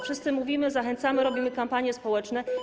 Wszyscy mówimy, zachęcamy, robimy kampanie społeczne.